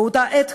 באותה העת,